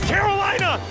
Carolina